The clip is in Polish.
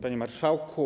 Panie Marszałku!